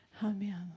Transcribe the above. Amen